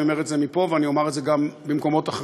אני אומר את זה מפה ואני אומר את זה גם במקומות אחרים,